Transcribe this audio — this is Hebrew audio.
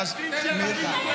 ואתה מאשים אותנו.